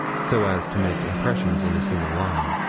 so as to make impressions in a single line.